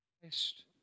Christ